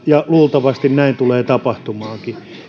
ja luultavasti näin tuleekin tapahtumaan